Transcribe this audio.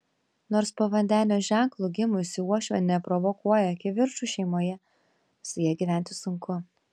nors po vandenio ženklu gimusi uošvė neprovokuoja kivirčų šeimoje su ja gyventi sunku